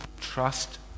trust